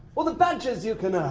all the badges you can ah